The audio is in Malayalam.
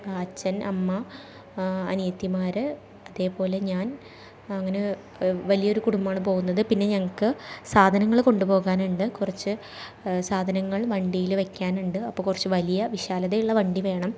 ആ അച്ഛൻ അമ്മ അനിയത്തിമാർ അതെപോലെ ഞാൻ അങ്ങനെ വലിയൊരു കുടുംബമാണ് പോവുന്നത് പിന്നെ ഞങ്ങൾക്ക് സാധനങ്ങൾ കൊണ്ട് പോകാനുണ്ട് കുറച്ച് സാധനങ്ങൾ വണ്ടിയിൽ വയ്ക്കാനുണ്ട് അപ്പം കുറച്ച് വലിയ വിശാലതയുള്ള വണ്ടി വേണം